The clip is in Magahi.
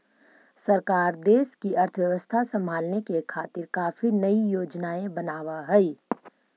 सरकार देश की अर्थव्यवस्था संभालने के खातिर काफी नयी योजनाएं बनाव हई